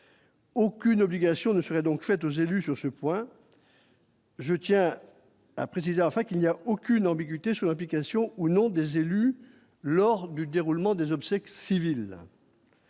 Aucune obligation ne serait donc faites aux j'ai lu sur ce point. Je tiens à préciser enfin qu'il n'y a aucune ambiguïté sur application ou non des élus lors du déroulement des obsèques civiles.